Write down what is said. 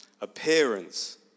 appearance